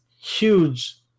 huge